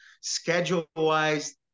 Schedule-wise